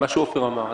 כפי שעופר אמר,